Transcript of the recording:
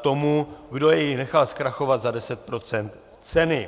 tomu, kdo jej nechal zkrachovat, za 10 % ceny.